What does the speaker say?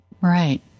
right